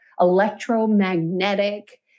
electromagnetic